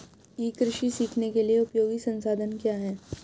ई कृषि सीखने के लिए उपयोगी संसाधन क्या हैं?